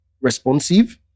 responsive